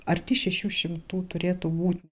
arti šešių šimtų turėtų būt